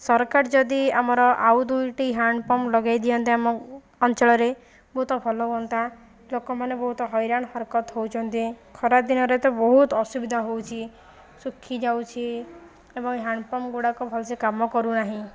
ସରକାର ଯଦି ଆମର ଆଉ ଦୁଇଟି ହ୍ୟାଣ୍ଡପମ୍ପ ଲଗେଇ ଦିଅନ୍ତେ ଆମ ଅଞ୍ଚଳରେ ବହୁତ ଭଲ ହୁଅନ୍ତା ଲୋକମାନେ ବହୁତ ହଇରାଣ ହରକତ ହେଉଛନ୍ତି ଖରାଦିନରେ ତ ବହୁତ ଅସୁବିଧା ହେଉଛି ଶୁଖିଯାଉଛି ଏବଂ ହ୍ୟାଣ୍ଡପମ୍ପ ଗୁଡ଼ାକ ଭଲସେ କାମ କରୁନାହିଁ